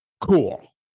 cool